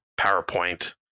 PowerPoint